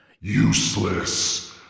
Useless